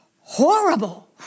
horrible